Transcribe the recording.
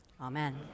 Amen